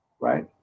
right